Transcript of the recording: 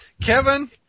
Kevin